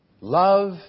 Love